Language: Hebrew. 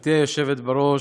גברתי היושבת בראש,